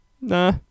nah